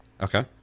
Okay